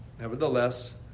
Nevertheless